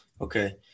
Okay